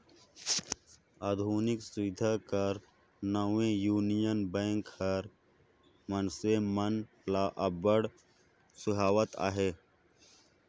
आधुनिक सुबिधा कर नावें युनियन बेंक हर मइनसे मन ल अब्बड़ सुहावत अहे